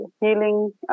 healing